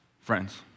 friends